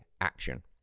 action